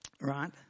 right